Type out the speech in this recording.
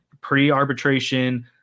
Pre-arbitration